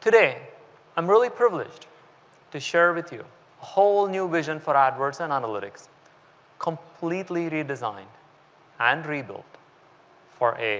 today i'm really privileged to share with you a whole new vision for ah adwords and analytics completely redesigned and rebuilt for a